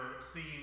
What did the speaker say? seeing